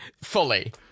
fully